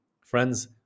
Friends